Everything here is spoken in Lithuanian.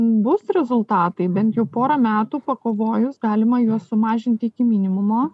bus rezultatai bent jau porą metų pakovojus galima juos sumažint iki minimumo